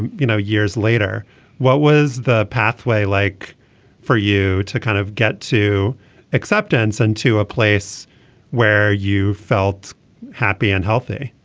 you know years later what was the pathway like for you to kind of get to acceptance and to a place where you felt happy and healthy